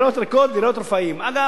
אגב, אני רוצה לומר, אדוני היושב-ראש,